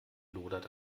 lodert